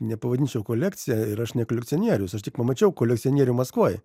nepavadinčiau kolekcija ir aš ne kolekcionierius aš tik pamačiau kolekcionierių maskvoj